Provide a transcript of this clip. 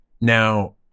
Now